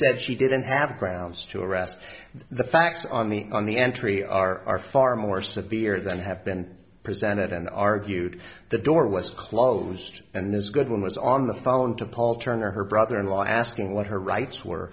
said she didn't have grounds to arrest the facts on the on the entry are far more severe than have been presented and argued the door was closed and this is good one was on the phone to paul turner her brother in law asking what her rights were